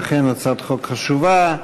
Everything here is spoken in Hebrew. אכן, הצעת חוק חשובה.